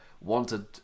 wanted